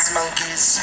monkeys